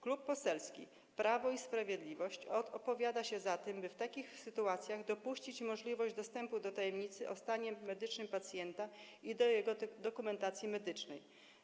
Klub Parlamentarny Prawo i Sprawiedliwość opowiada się za tym, aby w takich sytuacjach dopuścić możliwość dostępu do tajemnicy o stanie medycznym pacjenta i do jego dokumentacji medycznej.